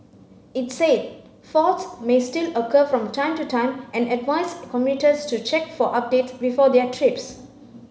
it said faults may still occur from time to time and advised commuters to check for update before their trips